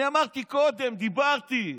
אמרתי קודם, דיברתי.